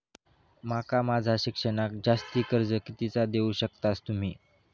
माका माझा शिक्षणाक जास्ती कर्ज कितीचा देऊ शकतास तुम्ही?